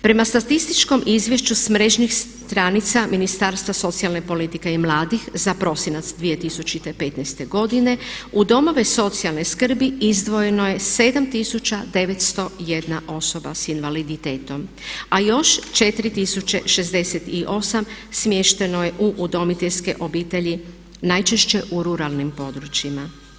Prema statističkom izvješću s mrežnih stranica Ministarstva socijalne politike i mladih za prosinac 2015. godine u domove socijalne skrbi izdvojeno je 7901 osoba s invaliditetom, a još 4068 smješteno je u udomiteljske obitelji najčešće u ruralnim područjima.